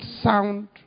sound